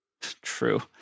true